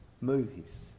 movies